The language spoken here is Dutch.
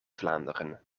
vlaanderen